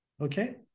Okay